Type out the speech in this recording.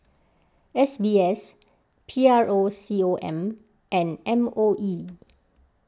S B S P R O C O M and M O E